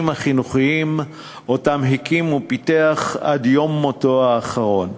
החינוכיים שהקים ופיתח עד יומו האחרון.